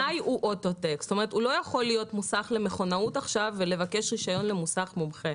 הוא לא יכול להיות מוסך למכונאות עכשיו ולבקש רישיון למוסך מומחה.